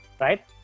right